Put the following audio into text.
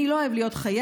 אני לא אוהב להיות חייב.